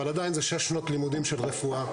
אבל עדיין זה שש שנות לימודים של רפואה.